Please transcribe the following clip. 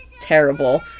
terrible